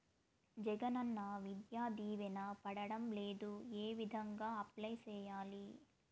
జగనన్న విద్యా దీవెన పడడం లేదు ఏ విధంగా అప్లై సేయాలి